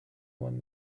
one